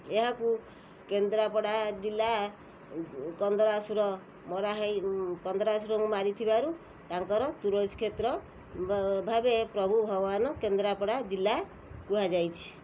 ଏହାକୁ କେନ୍ଦ୍ରପଡ଼ା ଜିଲ୍ଲା କନ୍ଦରାସୁର ମରାହେଇ କନ୍ଦରାସୁରଙ୍କୁ ମାରିଥିବାରୁ ତାଙ୍କର ତୁଳସୀକ୍ଷେତ୍ର ଭାବେ ପ୍ରଭୁ ଭଗବାନ କେନ୍ଦ୍ରାପଡ଼ା ଜିଲ୍ଲା କୁହାଯାଇଛି